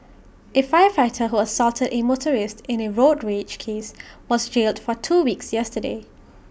A firefighter who assaulted A motorist in A road rage case was jailed for two weeks yesterday